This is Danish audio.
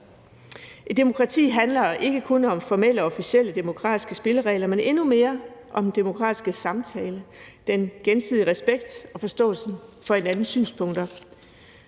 Et demokrati handler ikke kun om formelle og officielle demokratiske spilleregler, men endnu mere om den demokratiske samtale, den gensidige respekt og forståelsen for hinandens synspunkter.